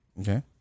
okay